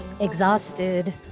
exhausted